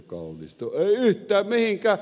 kaunisto eivät yhtään mihinkään